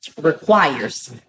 requires